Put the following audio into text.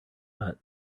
but